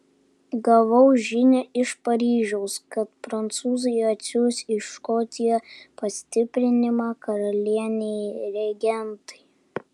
gavau žinią iš paryžiaus kad prancūzai atsiųs į škotiją pastiprinimą karalienei regentei